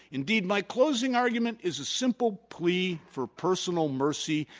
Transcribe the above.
indeed, my closing argument is a simple plea for personal mercy.